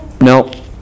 no